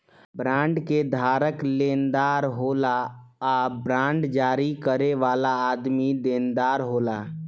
bond के धारक लेनदार होला आ बांड जारी करे वाला आदमी देनदार होला